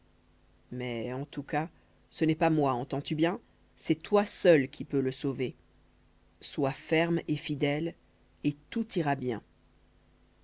mais en tous cas ce n'est pas moi entends-tu bien c'est toi seule qui peut le sauver sois ferme et fidèle et tout ira bien